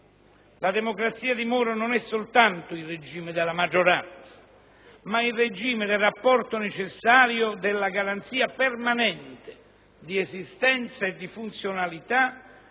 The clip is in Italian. La democrazia di Moro non è soltanto il regime della maggioranza, ma il regime del rapporto necessario della garanzia permanente di esistenza e funzionalità